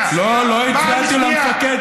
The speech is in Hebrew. אני וכל האופוזיציה,